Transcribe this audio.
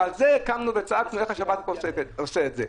ועל זה קמנו וצעקנו איך השב"כ עושה את זה.